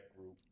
group